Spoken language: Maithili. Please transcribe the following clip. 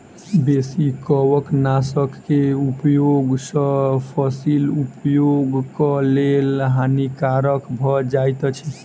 बेसी कवकनाशक के उपयोग सॅ फसील उपभोगक लेल हानिकारक भ जाइत अछि